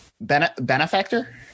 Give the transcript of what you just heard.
Benefactor